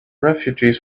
refugees